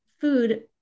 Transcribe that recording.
food